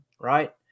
right